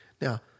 Now